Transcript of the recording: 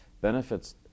benefits